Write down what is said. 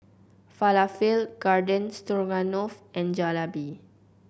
Falafel Garden Stroganoff and Jalebi